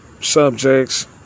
subjects